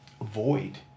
avoid